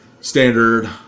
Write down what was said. standard